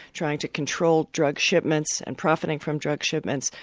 trying to control drug shipments and profiting from drug shipments,